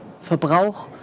Verbrauch